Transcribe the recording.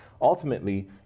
ultimately